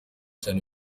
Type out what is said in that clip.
cyane